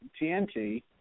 TNT